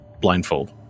blindfold